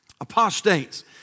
apostates